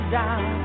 down